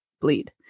bleed